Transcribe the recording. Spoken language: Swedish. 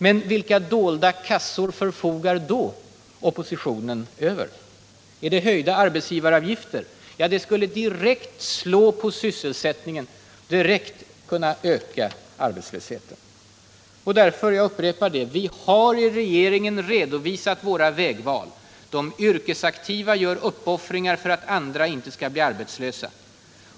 Men vilka dolda kassor förfogar då oppositionen över? Är det höjda arbetsgivaravgifter? Ja, men det skulle direkt slå på sysselsättningen och öka arbetslösheten. Därför upprepar jag att vi i regeringen har redovisat våra vägval. De yrkesaktiva gör uppoffringar för att andra inte skall bli arbetslösa.